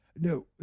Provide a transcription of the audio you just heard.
No